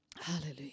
Hallelujah